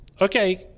Okay